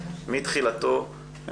מתחילתו,